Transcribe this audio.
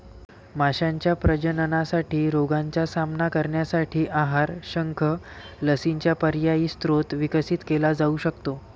माशांच्या प्रजननासाठी रोगांचा सामना करण्यासाठी आहार, शंख, लसींचा पर्यायी स्रोत विकसित केला जाऊ शकतो